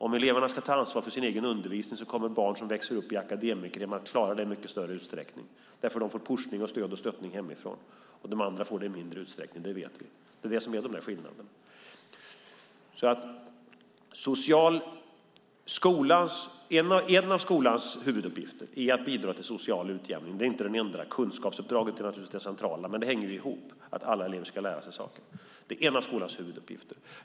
Om eleverna ska ta ansvar för sin egen undervisning kommer barn som växer upp i akademikerhem att klara det i mycket större utsträckning eftersom de får pushning och stöd hemifrån. De andra får det i mindre utsträckning, det vet vi. Det är det som är skillnaden. En av skolans huvuduppgifter är att bidra till social utjämning. Det är dock inte det enda. Kunskapsuppdraget är naturligtvis det centrala, men det hänger ihop att alla elever ska lära sig saker. Det är en av skolans huvuduppgifter.